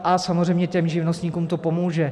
A samozřejmě živnostníkům to pomůže.